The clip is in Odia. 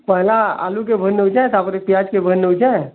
ପହେଲା ଆଲୁକେ ବୁହି ନେଉଛେଁ ତା'ର୍ପରେ ପିଆଜ୍ କେ ବୁହି ନେଉଛେଁ